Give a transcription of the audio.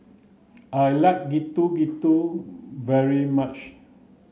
I like Getuk Getuk very much